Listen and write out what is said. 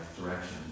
direction